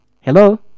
hello